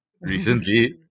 recently